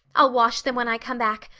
i'll wash them when i come back,